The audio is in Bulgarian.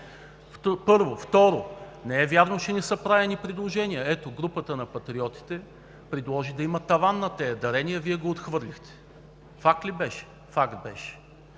първо? Второ, не е вярно, че не са правени предложения. Групата на Патриотите предложи да има таван на тези дарения, Вие го отхвърлихте. Факт ли беше? Факт беше.